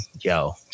yo